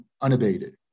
unabated